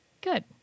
good